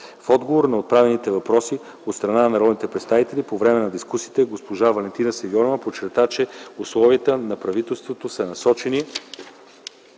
В отговор на отправените въпроси от страна на народните представители по време на дискусията госпожа Валентина Симеонова подчерта, че усилията на правителството са насочени